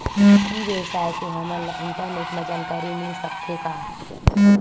ई व्यवसाय से हमन ला इंटरनेट मा जानकारी मिल सकथे का?